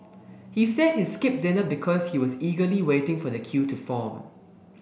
he said he skipped dinner because he was eagerly waiting for the queue to form